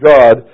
God